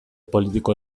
politiko